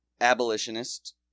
abolitionist